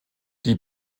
die